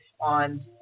on